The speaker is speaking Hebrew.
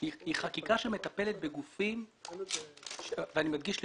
היא חקיקה שמטפלת בגופים ואני מדגיש לכאורה,